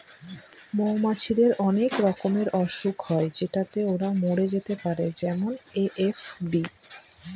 মৌমাছিদের অনেক রকমের অসুখ হয় যেটাতে ওরা মরে যেতে পারে যেমন এ.এফ.বি